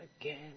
again